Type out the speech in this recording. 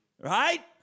right